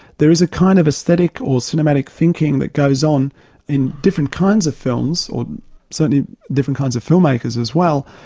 there is a kind of aesthetic or cinematic thinking that goes on in different kinds of films, or certainly different kinds of film makers as well,